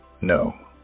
No